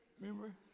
Remember